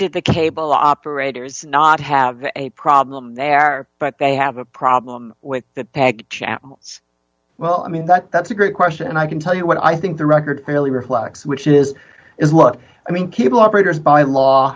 did the cable operators not have a problem there but they have a problem with that it's well i mean that that's a great question and i can tell you what i think the record really reflects which is is what i mean cable operators by law